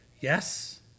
Yes